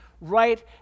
right